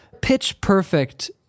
pitch-perfect